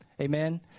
Amen